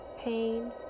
pain